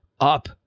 up